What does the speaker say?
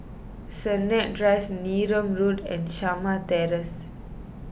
Sennett Drive Neram Road and Shamah Terrace